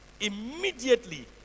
immediately